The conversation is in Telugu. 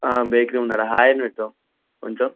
బేకరి ఉందాడ హయ్ అని పెట్టు కొంచెం